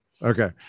Okay